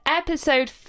episode